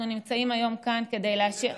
אנחנו נמצאים כאן היום כדי לאשר,